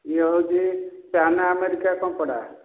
ଇଏ ହେଉଛି China America କପଡ଼ା